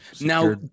now